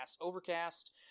overcast